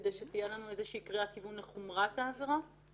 כדי שתהיה לנו איזושהי קריאת כיוון לחומרת העבירה.